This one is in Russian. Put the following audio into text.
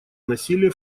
насилия